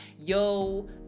yo